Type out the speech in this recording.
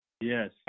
Yes